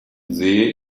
see